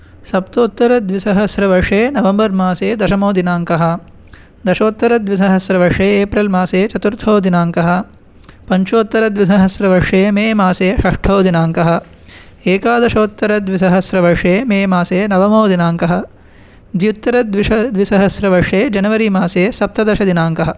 सप्तोत्तरद्विसहस्रवर्षे नवम्बर् मासे दशमदिनाङ्कः दशोत्तरद्विसहस्रवर्षे एप्रिल् मासे चतुर्थो दिनाङ्कः पञ्चोत्तरद्विसहस्रवर्षे मे मासे षष्टौ दिनाङ्कः एकादशोत्तरद्विसहस्रवर्षे मे मासे नवमो दिनाङ्कः द्युत्तरद्विसहस्रवर्षे जनवरि मासे सप्तदशदिनाङ्कः